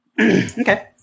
Okay